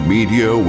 Media